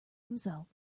himself